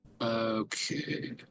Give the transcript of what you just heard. Okay